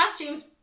James